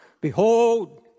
Behold